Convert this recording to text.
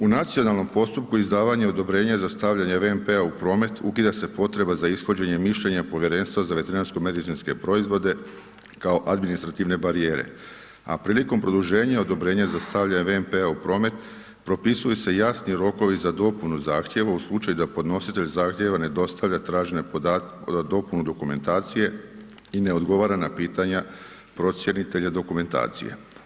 U nacionalnom postupku izdavanja odobrenja za stavljanje VMP-a u promet, ukida se potreba za ishođenje mišljenja Povjerenstva za veterinarsko-medicinske proizvode kao administrativne barijere, a prilikom produženja odobrenja za stavljanje VMP-a u promet, propisuju se jasni rokovi za dopunu zahtjeva u slučaju da podnositelj zahtjeva ne dostavlja tražene dopunu dokumentacije i ne odgovara na pitanja procjenitelja dokumentacije.